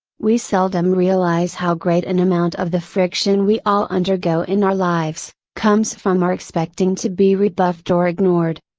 we seldom realize how great an amount of the friction we all undergo in our lives, comes from our expecting to be rebuffed or ignored.